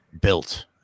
built